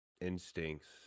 instincts